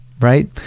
right